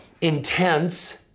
intense